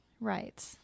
Right